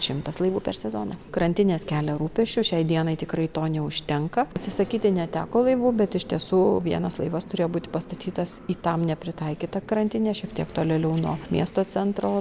šimtas laivų per sezoną krantinės kelia rūpesčių šiai dienai tikrai to neužtenka atsisakyti neteko laivų bet iš tiesų vienas laivas turėjo būti pastatytas į tam nepritaikytą krantinę šiek tiek tolėliau nuo miesto centro